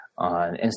On